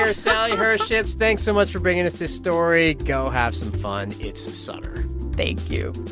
um sally herships. thanks so much for bringing us this story. go have some fun. it's the summer thank you